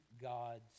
God's